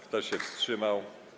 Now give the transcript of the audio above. Kto się wstrzymał?